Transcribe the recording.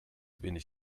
wenig